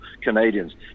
Canadians